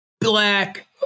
black